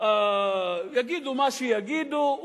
יגידו מה שיגידו,